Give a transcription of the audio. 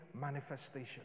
manifestation